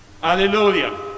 Hallelujah